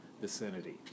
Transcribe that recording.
vicinity